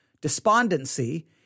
despondency